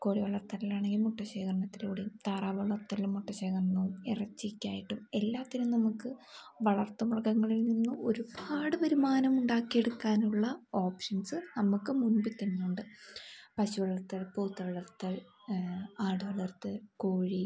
കോഴി വളർത്തലിൽ ആണെങ്കിൽ മുട്ട ശേഖരണത്തിലൂടെയും താറാവ് വളർത്തലിലും മുട്ടശേഖരണവും ഇറച്ചിക്കായിട്ടും എല്ലാത്തിനും നമുക്ക് വളർത്തു മൃഗങ്ങളിൽ നിന്നു ഒരുപാട് വരുമാനം ഉണ്ടാക്കിയെടുക്കാനുള്ള ഓപ്ഷൻസ് നമുക്ക് മുമ്പിൽ തന്നെ ഉണ്ട് പശു വളർത്തൽ പോത്ത് വളർത്തൽ ആട് വളർത്തൽ കോഴി